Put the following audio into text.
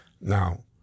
Now